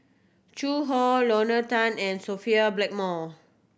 Zhu Hong Lorna Tan and Sophia Blackmore